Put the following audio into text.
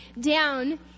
down